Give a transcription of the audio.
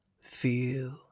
Feel